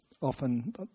often